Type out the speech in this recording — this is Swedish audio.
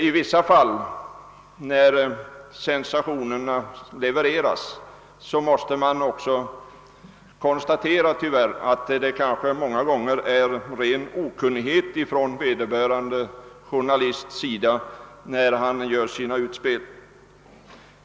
I vissa fall måste man tvvärr konstatera att journalisten gör sina utspel av ren okunnighet.